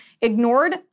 ignored